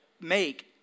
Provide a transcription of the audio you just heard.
make